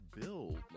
build